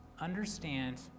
Understand